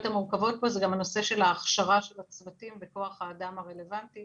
המורכבות פה זה גם הנושא של הכשרת הצוותים וכוח האדם הרלוונטי